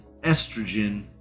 estrogen